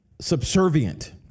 subservient